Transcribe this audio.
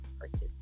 purchase